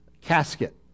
casket